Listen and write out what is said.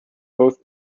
both